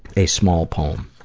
a small poem.